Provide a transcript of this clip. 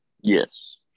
yes